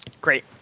Great